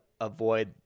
avoid